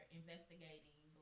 investigating